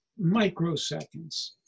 microseconds